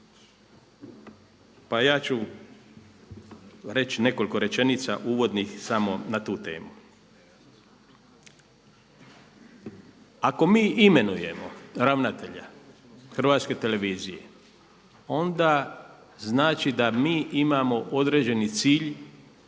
Pa ja ću reći nekoliko rečenica uvodnih samo na tu temu. Ako mi imenujemo ravnatelja HRT-a onda znači da mi imamo određeni cilj